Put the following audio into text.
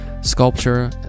sculpture